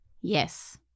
yes